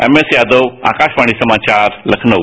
MS Yadav Akashvani समाचार लखनऊ